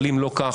אבל אם לא כך,